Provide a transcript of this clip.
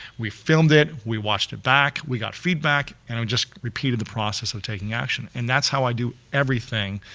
we filmed it, we watched it back, we got feedback and i'm just repeating the process of taking action. and that's how i do everything,